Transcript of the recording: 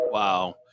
Wow